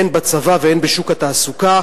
הן בצבא והן בשוק התעסוקה,